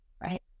Right